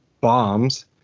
bombs